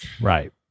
Right